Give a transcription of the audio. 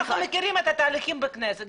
אנחנו מכירים את התהליך המסובך הזה.